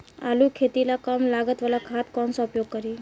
आलू के खेती ला कम लागत वाला खाद कौन सा उपयोग करी?